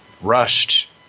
rushed